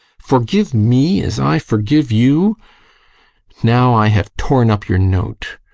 forgive me as i forgive you now i have torn up your note!